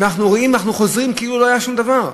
אנחנו רואים, אנחנו חוזרים, כאילו לא היה שום דבר.